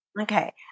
Okay